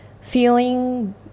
feeling